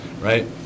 right